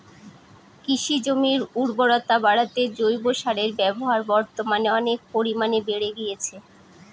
কৃষিজমির উর্বরতা বাড়াতে জৈব সারের ব্যবহার বর্তমানে অনেক পরিমানে বেড়ে গিয়েছে